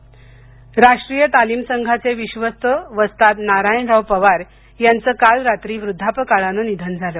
निधन पवार राष्ट्रीय तालीम संघाचे विश्वस्त वस्ताद नारायणराव पवार यांचं काल रात्री वृद्धापकाळानं निधन झालं